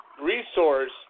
resource